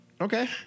Okay